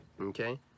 okay